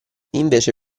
invece